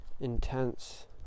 intense